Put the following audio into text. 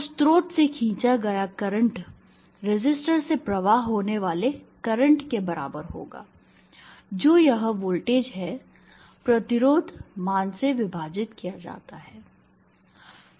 तो स्रोत से खींचा गया करंट रेसिस्टर से प्रवाह होने वाले करंट के बराबर होगा जो यह वोल्टेज है प्रतिरोध मान से विभाजित किया जाता है